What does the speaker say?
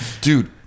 Dude